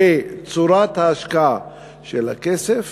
שצורת ההשקעה של הכסף